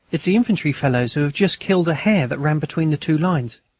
it's the infantry fellows who have just killed a hare that ran between the two lines,